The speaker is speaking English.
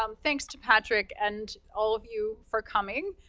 um thanks, to patrick, and all of you for coming.